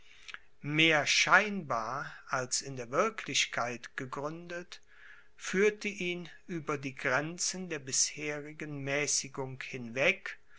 mehr scheinbar als in der wirklichkeit gegründet führte ihn über die grenzen der bisherigen mäßigung hinweg